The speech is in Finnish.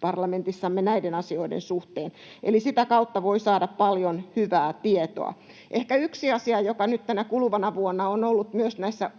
parlamentissamme näiden asioiden suhteen. Eli sitä kautta voi saada paljon hyvää tietoa. Ehkä yksi asia, joka nyt tänä kuluvana vuonna on ollut myös näissä